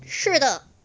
是的